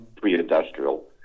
pre-industrial